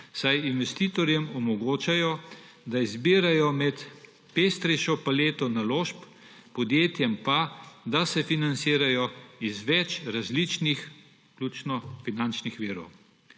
saj investitorjem omogočajo, da izbirajo med pestrejšo paleto naložb, podjetjem pa, da se financirajo iz več različnih – ključno – finančnih virov.